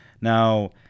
Now